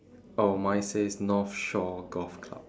oh mine says north shore golf club